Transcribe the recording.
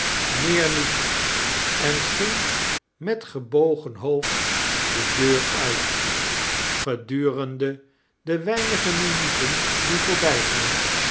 meer niet en gihg met gebogen hoofd de deux uit gedurende de weinige minuten die